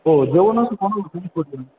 हो जेवणाचं